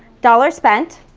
dollar spent.